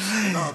תודה רבה.